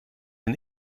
een